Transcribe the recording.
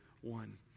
one